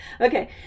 okay